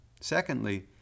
Secondly